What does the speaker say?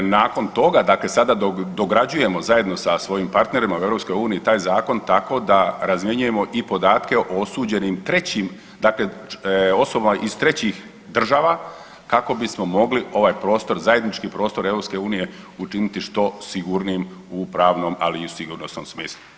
Nakon toga, dakle sada dograđujemo zajedno sa svojim partnerima u EU taj zakon tako da razmjenjujemo i podatke o osuđenim trećim, dakle osobama iz trećih država kako bismo mogli ovaj prostor, zajednički prostor EU učiniti što sigurnijim u pravnom ali i u sigurnosnom smislu.